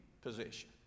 position